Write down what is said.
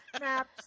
maps